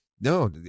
no